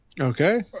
Okay